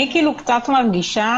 אני קצת מרגישה